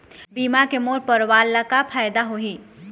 बीमा के मोर परवार ला का फायदा होही?